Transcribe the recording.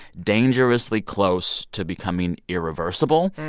dangerously close to becoming irreversible.